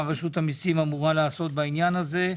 מה רשות המיסים אמורה לעשות בעניין הזה.